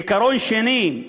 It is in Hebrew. עיקרון שני: